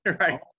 right